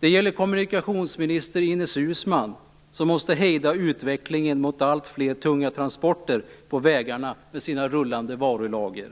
Det gäller kommunikationsminister Ines Uusmann, som måste hejda utvecklingen mot allt fler tunga transporter på vägarna med sina rullande varulager.